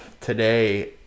today